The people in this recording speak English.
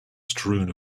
strewn